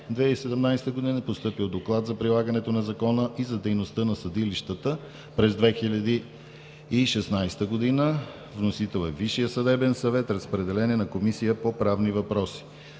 2017 г. е постъпил доклад за прилагането на Закона за дейността на съдилищата през 2016 г. Вносител е Висшият съдебен съвет. Разпределен е на Комисията по правни въпроси.